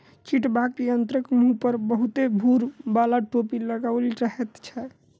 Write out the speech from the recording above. छिटबाक यंत्रक मुँह पर बहुते भूर बाला टोपी लगाओल रहैत छै